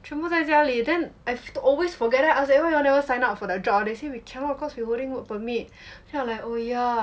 全部在家里 then I always forget I ask you why you all never sign up for that job all these they say we cannot cause we holding work permit then like oh yeah